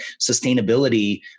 sustainability